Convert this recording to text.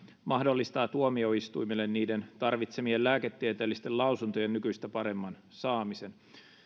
mahdollistaa tuomioistuimille niiden tarvitsemien lääketieteellisten lausuntojen nykyistä paremman saamisen